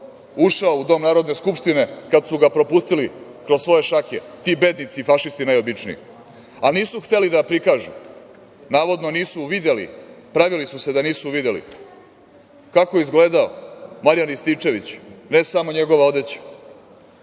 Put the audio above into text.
ušao u Dom Narodne skupštine kada su ga propustili kroz svoje šake ti bednici, fašisti najobičniji, ali nisu hteli da prikažu, navodno nisu videli, pravili su se da nisu videli kako je izgledao Marijan Rističević, ne samo njegova odeća.